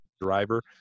driver